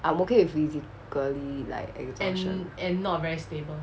I'm okay with physically like exhaustion